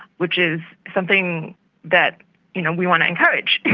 which is something that you know we want to encourage.